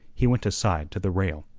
he went aside to the rail.